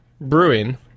Brewing